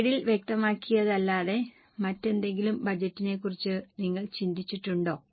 സ്ലൈഡിൽ വ്യക്തമാക്കിയതല്ലാതെ മറ്റെന്തെങ്കിലും ബജറ്റിനെക്കുറിച്ച് നിങ്ങൾ ചിന്തിക്കുന്നുണ്ടോ